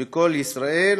בקול ישראל